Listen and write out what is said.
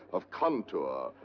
of contour,